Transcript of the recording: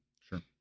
Sure